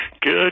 Good